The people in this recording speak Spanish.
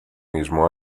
mismo